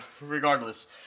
regardless